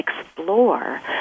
explore